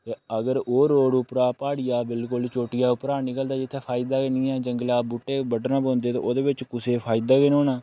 ते अगर ओह् रोड उप्पर प्हाड़िया बिलकुल चोटिया उप्परा निकलदा जि'त्थें फायदा गै निं ऐ जि'त्थें जंगला बूह्टे बड्ढने पौंदे ते ओह्दे बिच कुसै गी फायदा गै निं होना